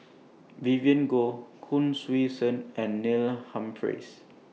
Vivien Goh Hon Sui Sen and Neil Humphreys